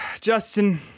justin